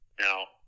now